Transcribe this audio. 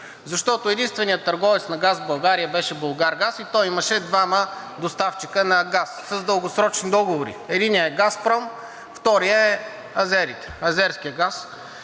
защото единственият търговец на газ в България беше Булгаргаз и той имаше двама доставчици на газ с дългосрочни договори – единият е Газпром, а вторият – азерите, азерският газ.